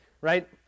right